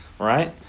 Right